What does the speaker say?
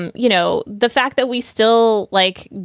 and you know, the fact that we still like,